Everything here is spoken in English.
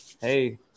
hey